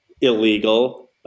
illegal